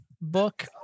book